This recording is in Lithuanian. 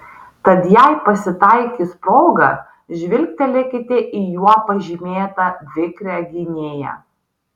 tad jei pasitaikys proga žvilgtelėkite į juo pažymėtą vikrią gynėją